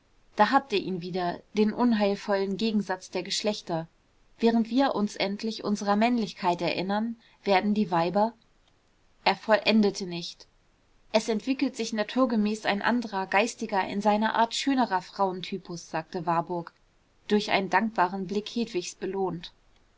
da habt ihr ihn wieder den unheilvollen gegensatz der geschlechter während wir uns endlich unserer männlichkeit erinnern werden die weiber er vollendete nicht es entwickelt sich naturgemäß ein anderer geistiger in seiner art schönerer frauentypus sagte warburg durch einen dankbaren blick hedwigs belohnt